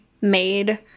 made